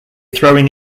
throwing